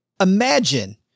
Imagine